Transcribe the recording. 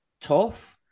tough